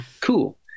cool